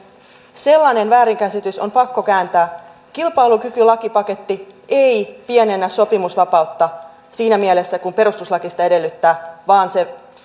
sellainen väärinkäsitys on pakko kääntää kilpailukykylakipaketti ei pienennä sopimusvapautta siinä mielessä kuin perustuslaki sitä edellyttää vaan se